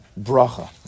bracha